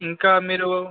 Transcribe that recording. ఇంకా మీరు